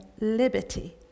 liberty